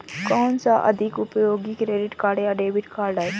कौनसा अधिक उपयोगी क्रेडिट कार्ड या डेबिट कार्ड है?